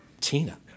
Tina